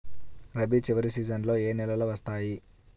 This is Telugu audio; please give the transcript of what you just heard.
రబీ చివరి సీజన్లో ఏ నెలలు వస్తాయి?